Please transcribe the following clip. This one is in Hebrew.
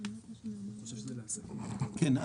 כן,